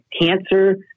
cancer